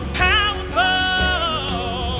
powerful